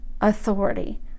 authority